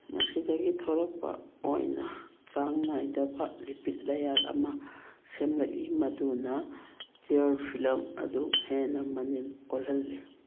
ꯃꯁꯤꯗꯒꯤ ꯊꯣꯛꯂꯛꯄ ꯑꯣꯏꯅ ꯆꯥꯡ ꯅꯥꯏꯗꯕ ꯂꯤꯄꯤꯠ ꯂꯌꯥꯔ ꯑꯃ ꯁꯦꯝꯂꯛꯏ ꯃꯗꯨꯅ ꯍꯤꯌꯔ ꯐꯤꯂꯞ ꯑꯗꯨ ꯍꯦꯟꯅ ꯃꯅꯤꯜ ꯑꯣꯏꯍꯜꯂꯤ